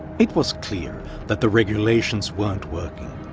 it was clear that the regulations weren't working.